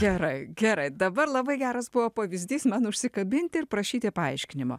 gerai gerai dabar labai geras buvo pavyzdys man užsikabinti ir prašyti paaiškinimo